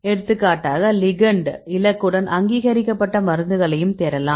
எடுத்துக்காட்டாக லிகெண்ட் இலக்குடன் அங்கீகரிக்கப்பட்ட மருந்துகளையும் தேடலாம்